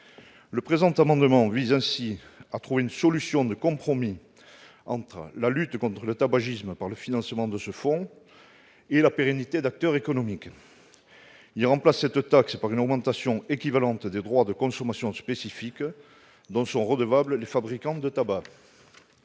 Le présent amendement vise ainsi à trouver une solution de compromis entre la lutte contre le tabagisme- financée ce fonds -et la pérennité de ces acteurs économiques en remplaçant cette taxe par une augmentation équivalente des droits de consommation spécifiques dont sont redevables les fabricants de tabac.